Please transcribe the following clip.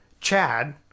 Chad